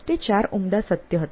તે ચાર ઉમદા સત્ય હતા